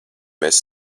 mēs